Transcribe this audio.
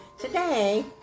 Today